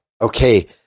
okay